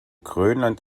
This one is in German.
grönland